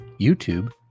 YouTube